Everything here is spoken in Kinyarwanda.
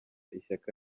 ishyaka